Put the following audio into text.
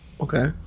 Okay